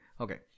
Okay